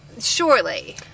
surely